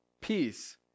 peace